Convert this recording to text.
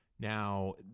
Now